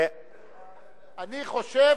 אני חושב,